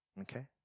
Okay